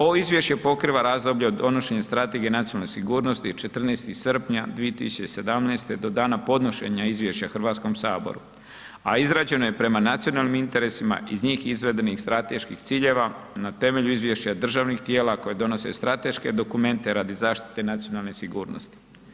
Ovo izvješće pokriva razdoblje od donošenja strategije nacionalne sigurnosti 14. srpnja 2017. do dana podnošenja izvješća HS-u, a izrađena je prema nacionalnim interesima i iz njih izvedenih strateških ciljeva na temelju izvješća državnih tijela koje donose strateške dokumente radi zaštite nacionalne sigurnosti.